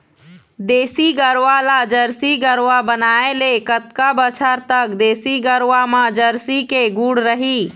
देसी गरवा ला जरसी गरवा बनाए ले कतका बछर तक देसी गरवा मा जरसी के गुण रही?